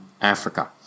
Africa